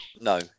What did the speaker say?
No